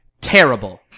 Terrible